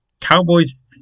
Cowboys